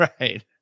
Right